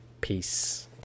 Peace